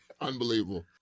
Unbelievable